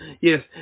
Yes